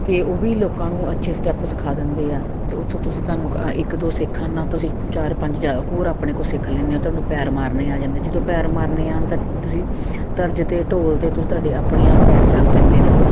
ਅਤੇ ਉਹ ਵੀ ਲੋਕਾਂ ਨੂੰ ਅੱਛੇ ਸਟੈੱਪ ਸਿਖਾ ਦਿੰਦੇ ਆ ਅਤੇ ਉੱਥੋਂ ਤੁਸੀਂ ਤੁਹਾਨੂੰ ਇੱਕ ਦੋ ਸਿੱਖਣ ਨਾਲ ਤੁਸੀਂ ਚਾਰ ਪੰਜ ਜਾਂ ਹੋਰ ਆਪਣੇ ਕੋਲ ਸਿੱਖ ਲੈਂਦੇ ਤੁਹਾਨੂੰ ਪੈਰ ਮਾਰਨੇ ਆ ਜਾਂਦੇ ਜਦੋਂ ਪੈਰ ਮਾਰਨੇ ਆਉਣ ਤਾਂ ਤੁਸੀਂ ਤਰਜ਼ 'ਤੇ ਢੋਲ 'ਤੇ ਤੁਸੀਂ ਤੁਹਾਡੇ ਆਪਣੇ ਆਪ ਪੈਰ ਚੱਲ ਪੈਂਦੇ ਨੇ